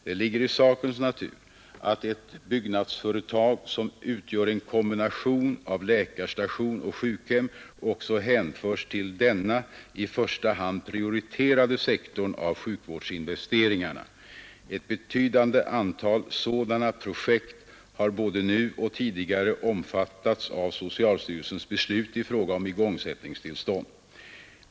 Det ligger i sakens natur att ett byggnadsföretag som utgör en kombination av läkarstation och sjukhem också hänförs till denna i första hand prioriterade sektor av sjukvärdsinvesteringarna. Ett betydande antal sådana projekt har både nu och tidigare omfattats av socialstyrelsens beslut i fråga om igångsättningstillstånd.